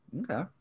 Okay